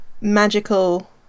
magical